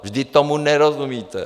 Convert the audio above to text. Vždyť tomu nerozumíte!